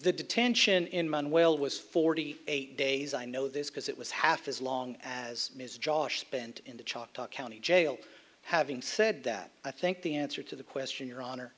the detention in manuel was forty eight days i know this because it was half as long as his jaw spent in the choctaw county jail having said that i think the answer to the question your honor